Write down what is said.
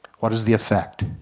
what is the effect?